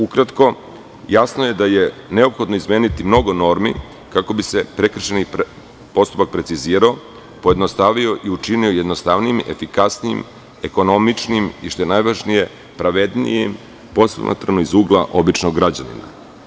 Ukratko, jasno je da je neophodno izmeniti mnogo normi kako bi se prekršajni postupak precizirao, pojednostavio i učinio jednostavnijim, efikasnijim, ekonomičnim, i što je najvažnije pravednijim, posmatrano iz ugla običnog građanina.